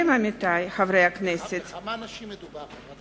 בכמה אנשים מדובר?